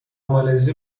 مالزی